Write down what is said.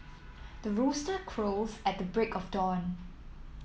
the rooster crows at the break of dawn